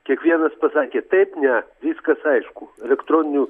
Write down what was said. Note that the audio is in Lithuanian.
kiekvienas pasakė taip ne viskas aišku elektroniniu